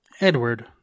Edward